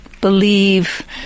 believe